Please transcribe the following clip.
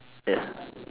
ya